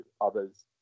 others